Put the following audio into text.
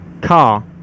car